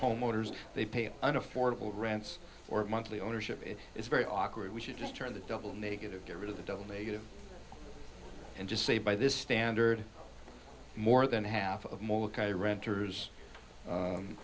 homeowners they pay an affordable rents or monthly ownership it is very awkward we should return the double negative get rid of the double negative and just say by this standard more than half of molokai renters